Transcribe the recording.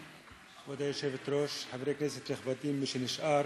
כבוד היושבת-ראש, חברי כנסת נכבדים, מי שנשאר